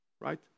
right